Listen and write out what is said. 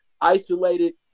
isolated